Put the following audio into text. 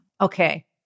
Okay